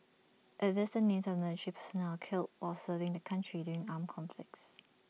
IT lists the names of military personnel killed on serving the country during armed conflicts